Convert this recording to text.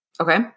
Okay